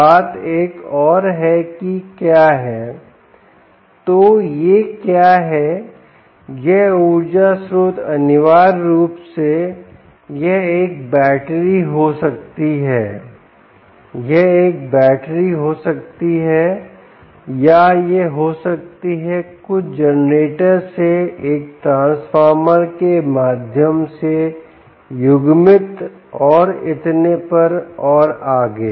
बात एक और है कि क्या है तो ये क्या हैं यह ऊर्जा स्रोत अनिवार्य रूप से यह एक बैटरी हो सकती है यह एक बैटरी हो सकती है या यह हो सकती है कुछ जनरेटर से एक ट्रांसफार्मर के माध्यम से युग्मित और इतने पर और आगे